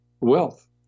wealth